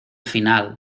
final